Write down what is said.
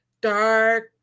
dark